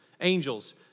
angels